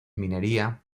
minería